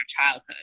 childhood